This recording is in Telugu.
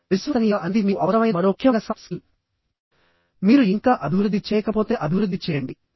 విశ్వసనీయత అనేది మీకు అవసరమైన మరో ముఖ్యమైన సాఫ్ట్ స్కిల్ మీరు ఇంకా అభివృద్ధి చేయకపోతే అభివృద్ధి చేయండి